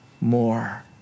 more